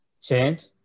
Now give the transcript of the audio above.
change